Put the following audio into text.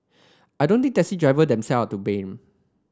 I don't think taxi driver them self to blame